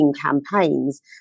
campaigns